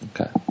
Okay